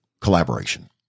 collaboration